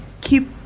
keep